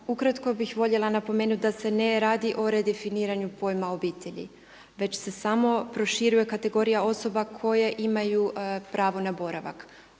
ukratko bih voljela napomenuti da se ne radi o redefiniranju pojma obitelji, već se samo proširuje kategorija osoba koje imaju pravo na boravak,